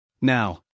Now